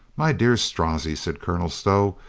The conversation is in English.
my dear strozzi, said colonel stow,